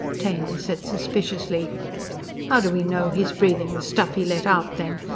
taine said suspiciously how do we know he's breathing the stuff he let out then?